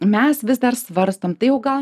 mes vis dar svarstom tai jau gal